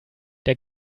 der